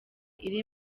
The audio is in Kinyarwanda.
iri